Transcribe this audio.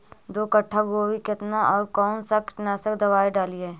दो कट्ठा गोभी केतना और कौन सा कीटनाशक दवाई डालिए?